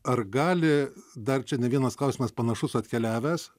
ar gali dar čia ne vienas klausimas panašus atkeliavęs